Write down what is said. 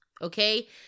okay